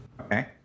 Okay